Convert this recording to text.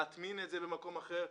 להטמין את זה במקום אחר,